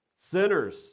sinners